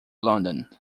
london